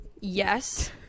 yes